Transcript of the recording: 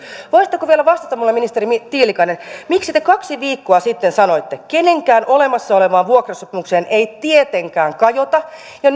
voisitteko vielä vastata minulle ministeri tiilikainen miksi te kaksi viikkoa sitten sanoitte että kenenkään olemassa olevaan vuokrasopimukseen ei tietenkään kajota ja